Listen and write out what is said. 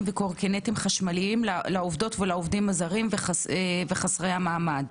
וקורקינט חשמליים לעובדות ועובדים זרים חסרי מעמד.